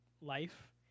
life